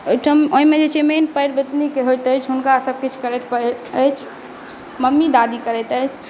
ओहिठाम ओहिमे जे छै मेन परवतनी के होइत अछि हुनका सबकिछु करय परैत अछि मम्मी दादी करैत अछि